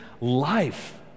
life